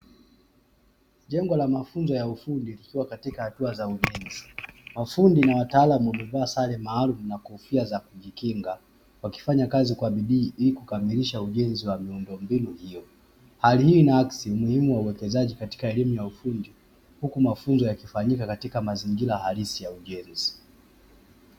Jengo la mafunzo ya ufundi likiwa katika hatua za ujenzi, mafundi na wataalamu wamevaa sare maalumu na kofia za kujikinga wakifanya kazi kwa bidii ili kukamilisha ujenzi wa miundombinu hiyo, hali hii inaakisi umuhimu wa uwekezaji katika elimu ya ufundi huku mafunzo yakifanyika katika mazingira halisi ya ujenzi.